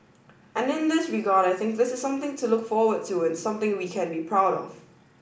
and in this regard I think this is something to look forward to and something we can be proud of